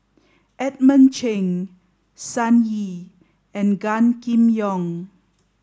Edmund Cheng Sun Yee and Gan Kim Yong